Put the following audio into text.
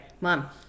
Mom